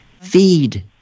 feed